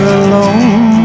alone